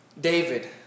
David